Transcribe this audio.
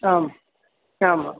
आम् आम्